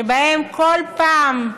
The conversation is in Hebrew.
שבהן בכל פעם,